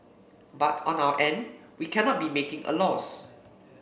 but on our end we cannot be making a loss